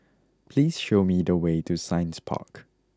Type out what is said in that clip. please show me the way to Science Park